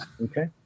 Okay